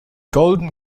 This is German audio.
golden